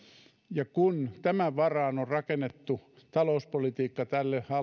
ja kun tämän varaan on on rakennettu talouspolitiikka tälle